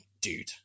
dude